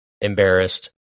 embarrassed